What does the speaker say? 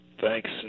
Thanks